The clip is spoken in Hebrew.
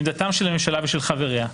עמדתם של הממשלה ושל חבריה,